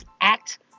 act